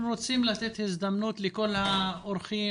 רוצים לתת הזדמנות לכל האורחים